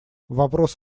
вопрос